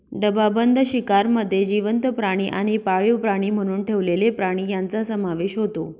डबाबंद शिकारमध्ये जिवंत प्राणी आणि पाळीव प्राणी म्हणून ठेवलेले प्राणी यांचा समावेश होतो